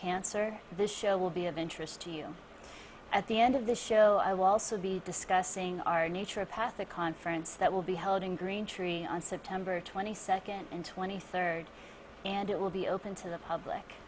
cancer this show will be of interest to you at the end of the show i was also be discussing our nature past the conference that will be held in green tree on september twenty second and twenty third and it will be open to the public